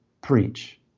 preach